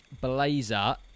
Blazer